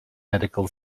medical